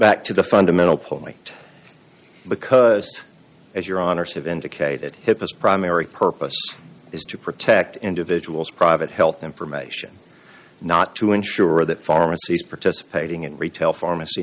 back to the fundamental point because as your honour's have indicated hippest primary purpose is to protect individuals private health information not to ensure that pharmacies participating in retail pharmacy